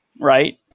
right